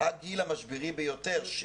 הגיל המשברי ביותר.